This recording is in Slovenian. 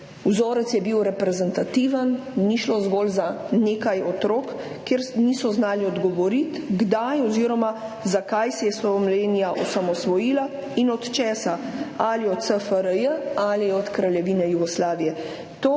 vzorec reprezentativen, ni šlo zgolj za nekaj otrok, ki niso znali odgovoriti, kdaj oziroma zakaj se je Slovenija osamosvojila in od česa, ali od SFRJ ali od Kraljevine Jugoslavije.